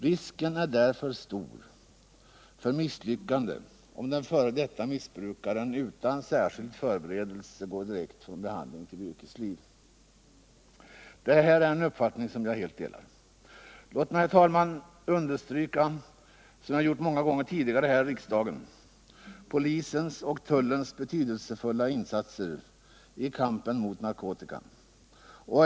Risken är därför stor för misslyckande om den f.d. missbrukaren utan särskild förberedelse går direkt från behandling till yrkesliv.” Detta är en uppfattning som jag helt delar. Låt mig, herr talman, understryka, som jag gjort många gånger tidigare här i riksdagen, polisens och tullens betydelsefulla insatser i kampen mot narkotikan.